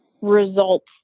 results